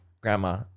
grandma